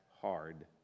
hard